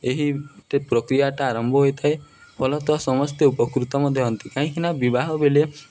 ଏହି ପ୍ରକ୍ରିୟାଟା ଆରମ୍ଭ ହୋଇଥାଏ ଫଲତଃ ସମସ୍ତେ ଉପକୃତ ମଧ୍ୟ ହୁଅନ୍ତି କାହିଁକିନା ବିବାହ ବେଲେ